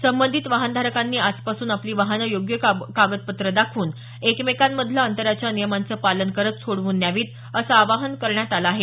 संबंधित वाहनधारकांनी आजपासून आपली वाहनं योग्य कागदपत्रे दाखवून एकमेकांमधील अंतराच्या नियमाचं पालन करत सोडवून न्यावीत असं आवाहन करण्यात आलं आहे